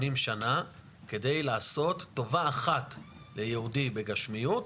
שנה כדי לעשות טובה אחת ליהודי בגשמיות,